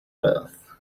birth